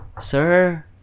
Sir